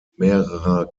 mehrerer